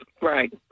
right